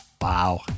Wow